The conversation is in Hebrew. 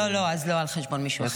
לא, לא, אז לא על חשבון מישהו אחר.